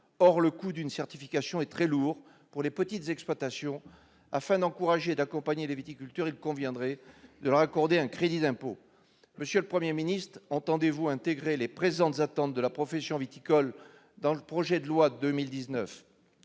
Or le coût d'une certification est très lourd pour les petites exploitations. Afin d'encourager et d'accompagner les viticulteurs il conviendrait de leur accorder un crédit d'impôt. Monsieur le Premier ministre, entendez-vous intégrer les présentes attentes de la profession viticole dans le projet de loi de